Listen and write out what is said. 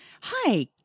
Hi